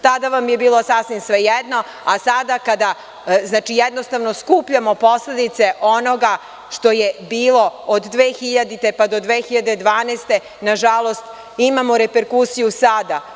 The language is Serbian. Tada vam je bilo sasvim svejedno, a sada kada jednostavno skupljamo posledice onoga što je bilo od 2000. godine pa do 2012. godine. nažalost imamo reperkusiju sada.